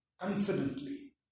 confidently